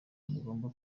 mugomba